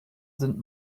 sind